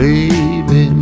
Baby